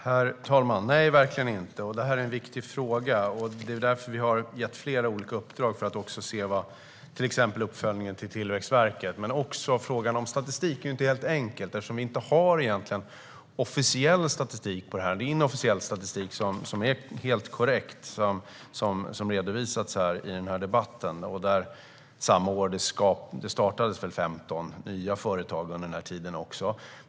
Herr talman! Nej, verkligen inte. Detta är en viktig fråga. Det är därför vi har gett flera olika uppdrag, till exempel till Tillväxtverket om uppföljning. Men frågan om statistik är inte helt enkel, eftersom vi egentligen inte har officiell statistik över detta. Det är inofficiell statistik, som är helt korrekt, som redovisats i den här debatten. Det startades väl 15 nya företag under den här tiden också.